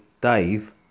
Dave